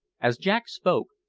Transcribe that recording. as jack spoke,